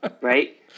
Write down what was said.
Right